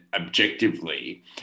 objectively